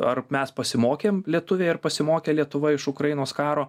ar mes pasimokėm lietuviai ar pasimokė lietuva iš ukrainos karo